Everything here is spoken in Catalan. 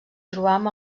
trobam